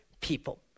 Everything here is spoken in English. people